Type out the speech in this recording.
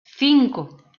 cinco